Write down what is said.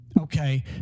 Okay